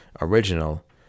original